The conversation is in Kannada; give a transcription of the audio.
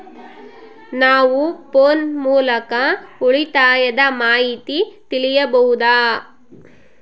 ನಾವು ಫೋನ್ ಮೂಲಕ ಉಳಿತಾಯದ ಮಾಹಿತಿ ತಿಳಿಯಬಹುದಾ?